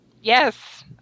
yes